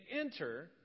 enter